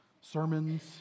sermons